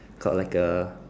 called like a